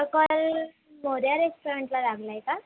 हा कॉल मोरया रेस्टॉरंटला लागला आहे का